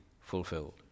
fulfilled